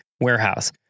warehouse